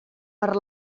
per